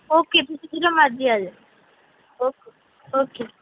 okay ਤੁਸੀਂ ਜਦੋਂ ਮਰਜ਼ੀ ਆ ਜਿਓ ਓਕੇ ਓਕੇ